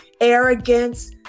arrogance